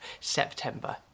September